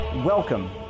Welcome